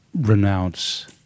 renounce